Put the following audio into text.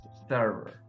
server